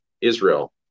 Israel